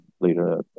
later